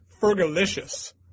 fergalicious